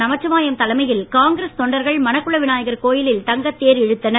நமசிவாயம் தலைமையில் காங்கிரஸ் தொண்டர்கள் மணக்குள விநாயகர் கோவிலில் தங்கத் தேர் இழுத்தனர்